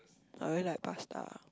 I really like pasta